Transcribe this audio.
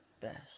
best